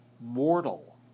mortal